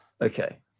Okay